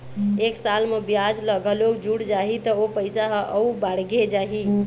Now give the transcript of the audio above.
एक साल म बियाज ह घलोक जुड़ जाही त ओ पइसा ह अउ बाड़गे जाही